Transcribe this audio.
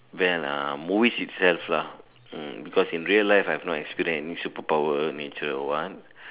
well ah movies itself lah hmm because in real life I have not experience any superpower in nature or what